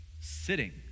sitting